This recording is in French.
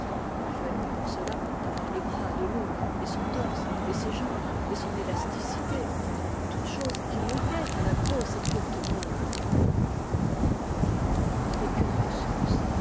il eût fallu pour cela avoir les bras de loull et son torse et ses jambes et son élasticité toutes choses qui manquaient à la grosse et courte môn la pauvre femme n'avait qu'une ressource